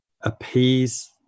appease